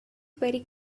very